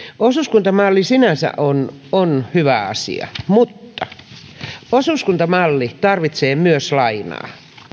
osuuskuntamalli sinänsä on on hyvä asia mutta myös osuuskuntamalli tarvitsee lainaa